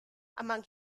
among